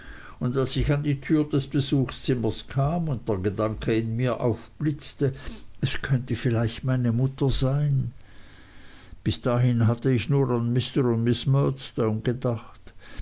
und als ich an die tür des besuchszimmers kam und der gedanke in mir aufblitzte es könnte vielleicht meine mutter sein bis dahin hatte ich nur an mr und miß murdstone gedacht